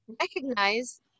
recognize